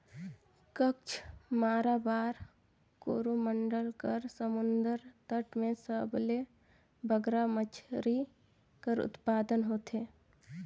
कच्छ, माराबार, कोरोमंडल कर समुंदर तट में सबले बगरा मछरी कर उत्पादन होथे